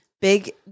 big